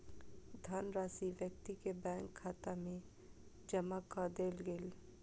धनराशि व्यक्ति के बैंक खाता में जमा कअ देल गेल